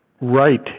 right